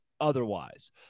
otherwise